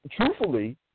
truthfully